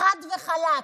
חד וחלק.